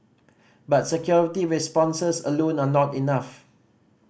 but security responses alone are not enough